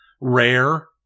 Rare